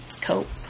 cope